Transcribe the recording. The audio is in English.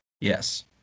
Yes